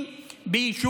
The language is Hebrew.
זה אבסורד.